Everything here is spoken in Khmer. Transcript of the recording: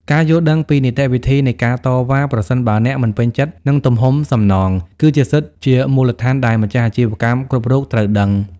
ការយល់ដឹងពី នីតិវិធីនៃការតវ៉ា ប្រសិនបើអ្នកមិនពេញចិត្តនឹងទំហំសំណង គឺជាសិទ្ធិជាមូលដ្ឋានដែលម្ចាស់អាជីវកម្មគ្រប់រូបត្រូវដឹង។